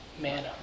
manna